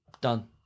Done